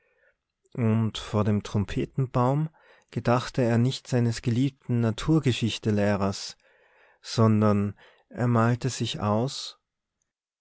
und vor dem trompetenbaum gedachte er nicht seines geliebten naturgeschichtslehrers sondern er malte sich aus